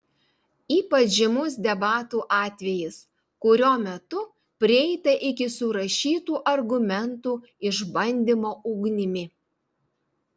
ypač žymus debatų atvejis kurio metu prieita iki surašytų argumentų išbandymo ugnimi